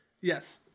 Yes